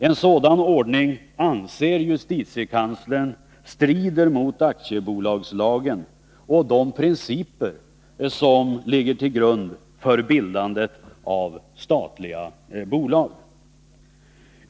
En sådan ordning anser JK strider mot aktiebolagslagen och de principer som ligger till grund för bildandet av statliga bolag.